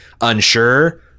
unsure